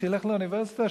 שילך לאוניברסיטה,